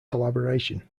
collaboration